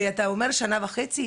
אתה אומר שנה וחצי?